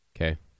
Okay